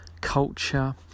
culture